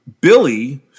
Billy